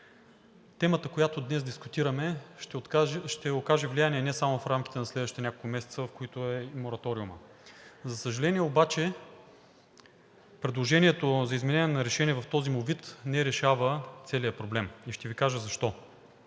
темата, която днес дискутираме, ще окаже влияние не само в рамките на следващите няколко месеца, в които е мораториумът. За съжаление обаче, предложението за изменение на Решението в този му вид не решава целия проблем и ще Ви кажа защо.